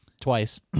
Twice